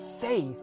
faith